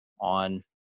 on